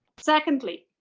secondly,